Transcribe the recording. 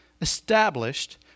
established